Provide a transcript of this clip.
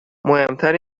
مهمتر